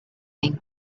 been